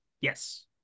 Yes